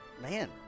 Man